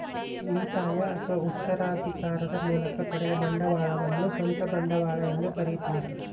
ಉಳಿತಾಯ ಅಥವಾ ಉತ್ತರಾಧಿಕಾರದ ಮೂಲಕ ಪಡೆದ ಬಂಡವಾಳವನ್ನು ಸ್ವಂತ ಬಂಡವಾಳ ಎಂದು ಕರೀತಾರ